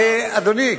אדוני,